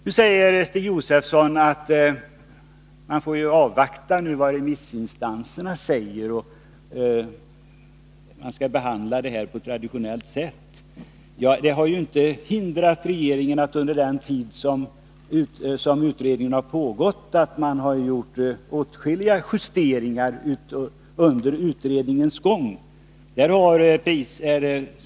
Nu säger Stig Josefson att vi skall avvakta vad remissinstanserna säger och behandla frågan på traditionellt sätt. Detta har inte hindrat regeringen från att under den tid utredning pågått göra åtskilliga justeringar.